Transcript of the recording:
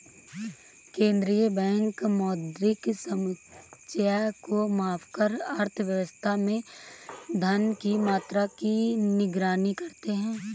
केंद्रीय बैंक मौद्रिक समुच्चय को मापकर अर्थव्यवस्था में धन की मात्रा की निगरानी करते हैं